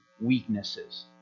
weaknesses